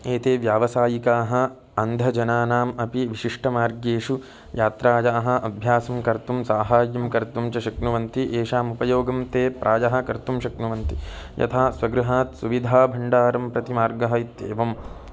एते व्यावसायिकाः अन्धजनानाम् अपि विशिष्टमार्गेषु यात्रायाः अभ्यासं कर्तुं सहायं कर्तुं च शक्नुवन्ति एषामुपयोगं ते प्रायः कर्तुं शक्नुवन्ति यथा स्वगृहात् सुविधाभण्डारं प्रति मार्गः इत्येवं